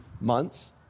months